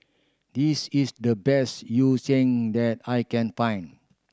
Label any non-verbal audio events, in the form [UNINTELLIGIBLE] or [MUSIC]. this is the best yu [UNINTELLIGIBLE] that I can find